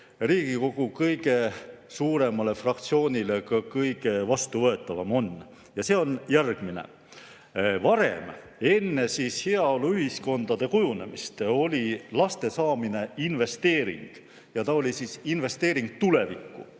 Riigikogu kõige suuremale fraktsioonile kõige vastuvõetavam on. Ja see on järgmine. Varem, enne heaoluühiskondade kujunemist oli laste saamine investeering. See oli investeering tulevikku,